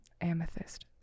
amethyst